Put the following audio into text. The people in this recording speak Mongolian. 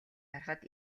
харахад